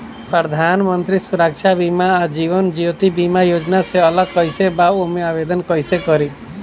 प्रधानमंत्री सुरक्षा बीमा आ जीवन ज्योति बीमा योजना से अलग कईसे बा ओमे आवदेन कईसे करी?